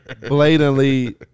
blatantly